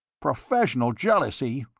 professional jealousy?